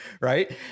right